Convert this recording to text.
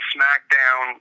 SmackDown